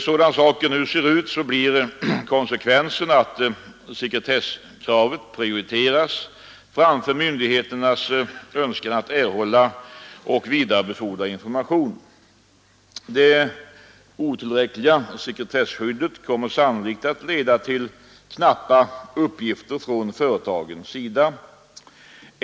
Sådan saken nu ser ut sskravet prioriteras framför myndigheternas blir konsekvensen att sekret önskan att erhålla och vidarebefordra information. Det otillräckliga sekretesskyddet kommer sannolikt att leda till knappa uppgifter från företagens sida.